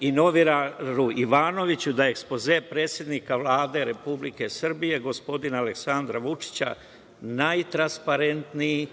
i novinaru Ivanoviću, da je ekspoze predsednika Vlade Republike Srbije gospodina Aleksandra Vučića najtransparentniji,